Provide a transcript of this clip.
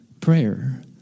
prayer